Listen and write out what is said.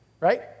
right